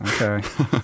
Okay